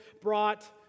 brought